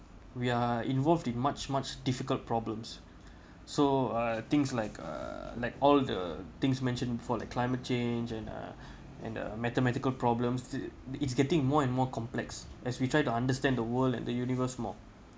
we are involved in much much difficult problems so uh things like uh like all the things mentioned for like climate change and uh and uh mathematical problems it it's getting more and more complex as we try to understand the world and the universe more